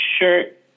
shirt